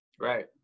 right